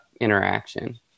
interaction